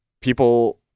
People